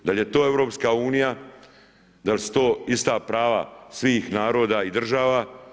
Da li je to EU, da li su to ista prava svih naroda i država?